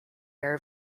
error